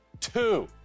two